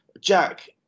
Jack